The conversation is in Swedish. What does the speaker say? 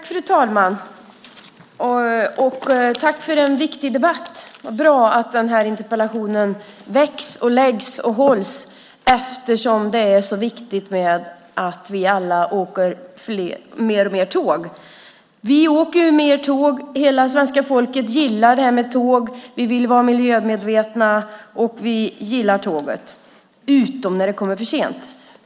Fru talman! Jag tackar för en viktig debatt. Det är bra att den här interpellationen ställts, eftersom det är så viktigt att vi alla åker mer och mer tåg. Vi åker mer tåg. Hela svenska folket gillar tåg. Vi vill vara miljömedvetna. Vi gillar tåget, utom när det kommer för sent.